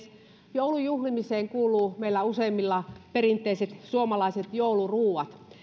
joulun juhlimiseen kuuluvat meillä useimmilla perinteiset suomalaiset jouluruuat